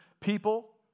people